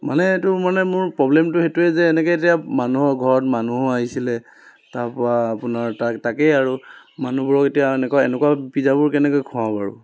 মানে এইটো মানে মোৰ প্ৰব্লেমটো সেইটোৱে এনেকৈ যে মানুহৰ ঘৰত মানুহ আহিছিলে তাৰ পৰা আপোনাৰ তাক তাকে আৰু মানুহবোৰক এতিয়া এনেকুৱা এনেকুৱা পিজ্জাবোৰ কেনেকৈ খুৱাওঁ বাৰু